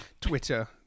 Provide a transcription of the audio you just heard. Twitter